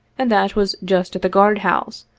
and that was just at the guard-house,